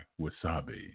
Wasabi